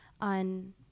on